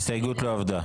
ההסתייגות לא עברה.